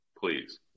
please